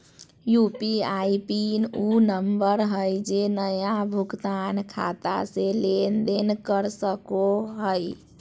UPI PIN उ number हइ जे नया भुगतान खाता से लेन देन कर सको हइ